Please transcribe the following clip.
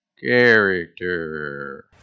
character